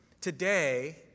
today